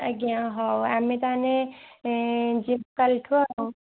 ଆଜ୍ଞା ହେଉ ଆମେ ତାହେଲେ ଯିବୁ କାଲିଠୁ ଆଉ